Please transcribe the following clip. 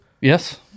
Yes